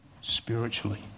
spiritually